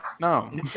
No